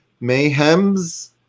Mayhem's